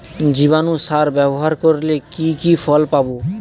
জীবাণু সার ব্যাবহার করলে কি কি ফল পাবো?